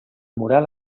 moral